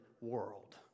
world